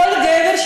כל גבר,